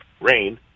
Rain